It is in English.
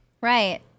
Right